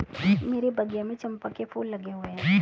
मेरे बगिया में चंपा के फूल लगे हुए हैं